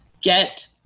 get